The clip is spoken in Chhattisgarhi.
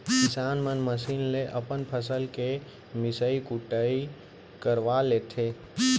किसान मन मसीन ले अपन फसल के मिसई कुटई करवा लेथें